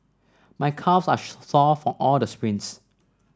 my calves are sore from all the sprints